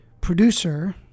producer